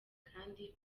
kandi